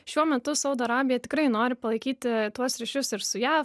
šiuo metu saudo arabija tikrai nori palaikyti tuos ryšius ir su jav